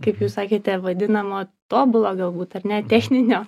kaip jūs sakėte vadinama tobula galbūt ar ne techninio